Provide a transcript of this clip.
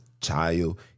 child